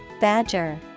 Badger